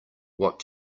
what